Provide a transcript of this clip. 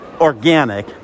organic